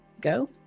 go